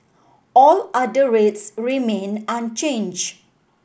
all other rates remain unchanged